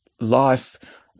life